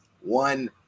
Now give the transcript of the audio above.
one